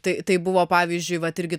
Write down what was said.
tai taip buvo pavyzdžiui vat irgi